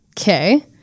okay